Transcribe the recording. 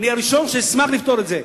אני הראשון שאשמח לפתור את זה.